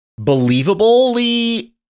believably